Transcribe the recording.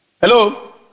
Hello